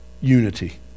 unity